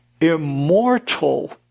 immortal